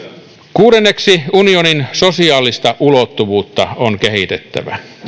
kuudenneksi unionin sosiaalista ulottuvuutta on kehitettävä